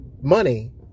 money